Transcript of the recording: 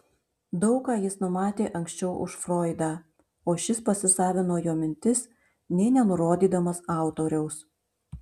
daug ką jis numatė anksčiau už froidą o šis pasisavino jo mintis nė nenurodydamas autoriaus